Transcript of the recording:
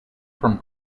from